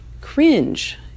cringe